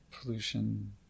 pollution